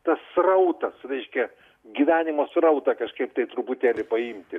tas srautas reiškia gyvenimo srautą kažkaip tai truputėlį paimti